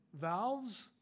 valves